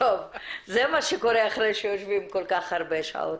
זה מה שקורה אחרי שיושבים כל כך הרבה שעות.